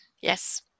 yes